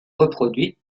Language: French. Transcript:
reproduite